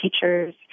teachers